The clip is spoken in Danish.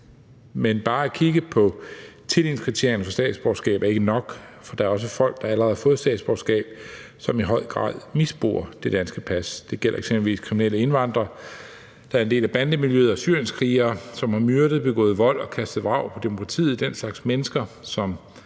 Men bare at kigge på tildelingskriterierne for statsborgerskab er ikke nok. Der er også folk, der allerede har fået statsborgerskab, som i høj grad misbruger det danske pas. Det gælder eksempelvis kriminelle indvandrere, der er en del af bandemiljøet, og syrienskrigere, som har myrdet, begået vold og kastet vrag på demokratiet. Den slags mennesker, som